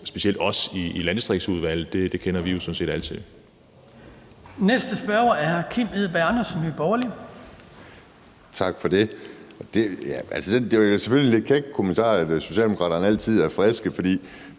specielt os i Landdistriktsudvalget kender jo sådan set alt